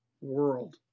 world